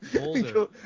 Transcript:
Older